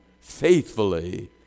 faithfully